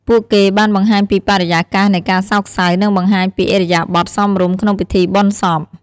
ពួកគេបានបង្ហាញពីបរិយាកាសនៃការសោកសៅ និងបង្ហាញពីឥរិយាបថសមរម្យក្នុងពិធីបុណ្យសព។